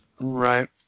Right